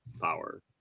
power